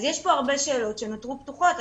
אז יש כאן הרבה שאלות שנותרו פתוחות.